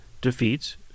defeats